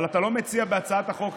אבל אתה לא מציע בהצעת החוק,